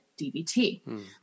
DVT